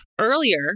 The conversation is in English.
earlier